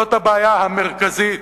זאת הבעיה המרכזית,